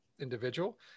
individual